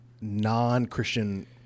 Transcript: non-Christian